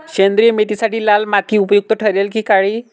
सेंद्रिय मेथीसाठी लाल माती उपयुक्त ठरेल कि काळी?